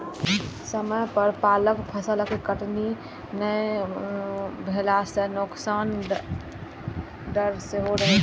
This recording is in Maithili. समय पर पाकल फसलक कटनी नहि भेला सं नोकसानक डर सेहो रहै छै